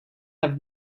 have